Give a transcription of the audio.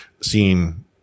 seeing